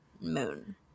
moon